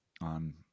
on